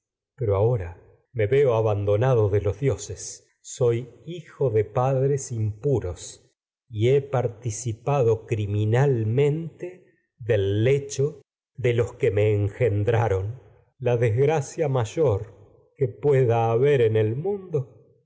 ser ahora me abandonado de he participado engendraron dioses hijo del padres impuros de los que criminalmente lecho me la desgracia en mayor a que pueda haber en el mundo